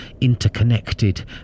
interconnected